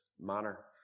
manner